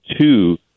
two